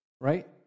right